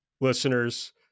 listeners